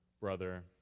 brother